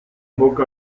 bocca